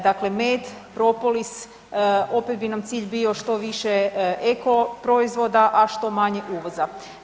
Dakle, med, propolis, opet bi nam cilj bio što više eko proizvoda, a što manje uvoza.